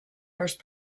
first